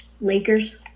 Lakers